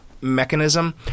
mechanism